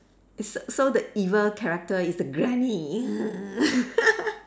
it's so the evil character is the granny